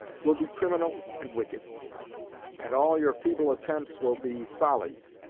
will be criminal and wicked and all your feeble attempts will be follies,